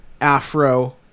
Afro